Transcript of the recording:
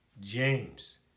James